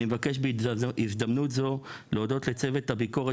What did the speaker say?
אני אבקש בהזדמנות זו להודות לצוות הביקורת